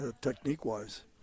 technique-wise